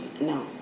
no